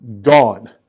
gone